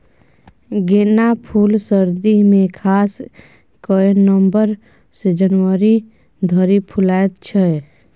गेना फुल सर्दी मे खास कए नबंबर सँ जनवरी धरि फुलाएत छै